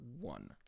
one